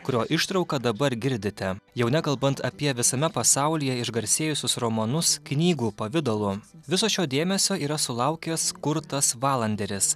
kurio ištrauką dabar girdite jau nekalbant apie visame pasaulyje išgarsėjusius romanus knygų pavidalu viso šio dėmesio yra sulaukęs kurtas valanderis